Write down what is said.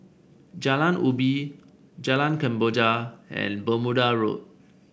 Jalan Ubi Jalan Kemboja and Bermuda Road